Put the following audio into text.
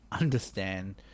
understand